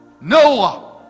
Noah